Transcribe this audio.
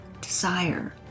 desire